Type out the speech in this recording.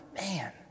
man